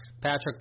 Patrick